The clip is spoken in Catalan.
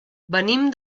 venim